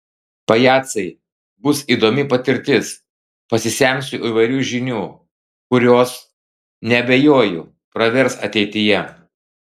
pajacai bus įdomi patirtis pasisemsiu įvairių žinių kurios neabejoju pravers ateityje